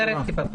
החוק.